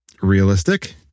realistic